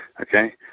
Okay